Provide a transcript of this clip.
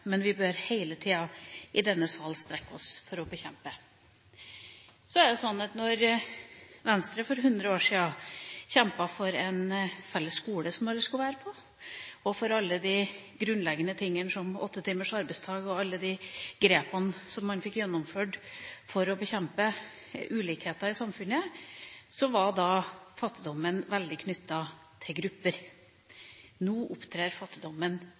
men vi bør hele tiden i denne salen strekke oss for å bekjempe fattigdommen. Da Venstre for 100 år siden kjempet for en felles skole som alle skulle være i, og for alle de grunnleggende tingene – som åttetimers arbeidsdag og alle de grepene som man fikk gjennomført for å bekjempe ulikheter i samfunnet – var fattigdommen veldig knyttet til grupper. Nå opptrer